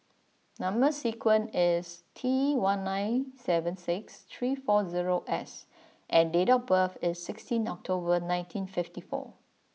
number sequence is T one nine seven six three four zero S and date of birth is sixteen October nineteen fifty four